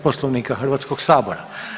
Poslovnika Hrvatskog sabora.